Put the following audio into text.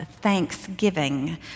thanksgiving